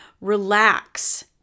relax